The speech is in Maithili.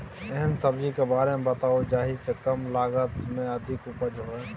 एहन सब्जी के बारे मे बताऊ जाहि सॅ कम लागत मे अधिक उपज होय?